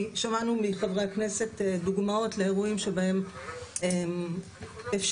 כי שמענו מחברי הכנסת דוגמאות לאירועים שבהם אפשר